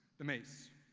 the mace.